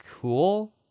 cool